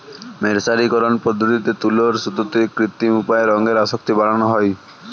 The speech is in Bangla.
মের্সারিকরন পদ্ধতিতে তুলোর সুতোতে কৃত্রিম উপায়ে রঙের আসক্তি বাড়ানা হয়